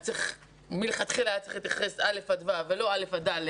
אז מלכתחילה היה צריך להתייחס א' עד ו' ולא א' עד ד',